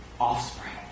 offspring